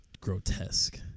grotesque